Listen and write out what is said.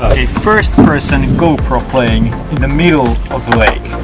first-person and gopro playing in the middle of a lake.